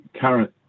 current